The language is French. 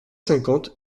cinquante